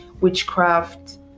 witchcraft